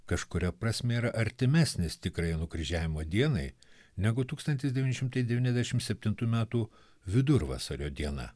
kažkuria prasme yra artimesnis tikrajai nukryžiavimo dienai negu tūkstantis devyni šimtai devyniasdešim septintų metų vidurvasario diena